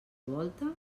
volta